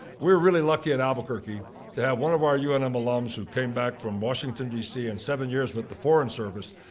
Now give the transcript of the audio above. we're really lucky in albuquerque to have one of our un um alums, who came back from washington, dc and seven years with the foreign service,